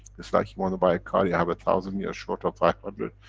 it's like you want to buy a car, you have a thousand, your short of five hundred,